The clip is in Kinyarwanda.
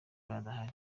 badahari